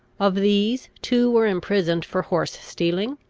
of these, two were imprisoned for horse-stealing,